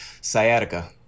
Sciatica